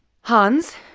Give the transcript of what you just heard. Hans